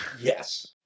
yes